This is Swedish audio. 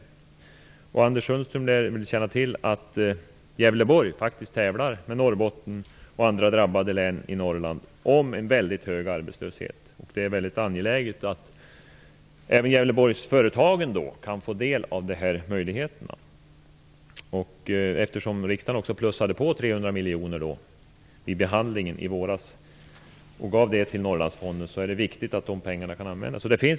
Anders Sundström lär känna till att Gävleborgs län tävlar med Norrbottens län och andra drabbade län i Norrland om att ha en väldigt hög arbetslöshet. Det är således mycket angeläget att även Gävleborgsföretagen kan få del av de här möjligheterna. Riksdagen plussade ju vid behandlingen i våras på 300 miljoner för Norrlandsfondens räkning. Det är viktigt att de pengarna kan användas.